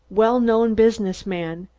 well known business man,